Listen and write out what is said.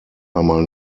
einmal